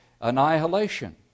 annihilation